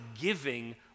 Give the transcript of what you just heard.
giving